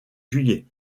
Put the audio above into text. juillet